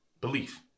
belief